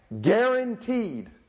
Guaranteed